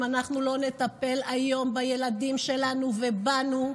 אם אנחנו לא נטפל היום בילדים שלנו ובנו,